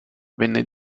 venne